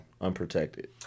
Unprotected